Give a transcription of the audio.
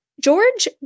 George